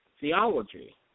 theology